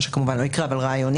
מה שכמובן לא יקרה אבל רעיונית,